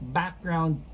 background